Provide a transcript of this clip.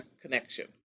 connection